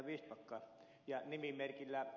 vistbacka ja nimimerkillä